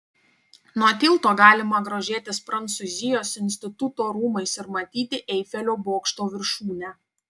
nuo tilto galima grožėtis prancūzijos instituto rūmais ir matyti eifelio bokšto viršūnę